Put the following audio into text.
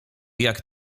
jak